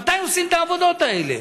מתי עושים את העבודות האלה?